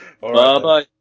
Bye-bye